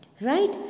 Right